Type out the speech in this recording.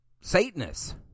satanists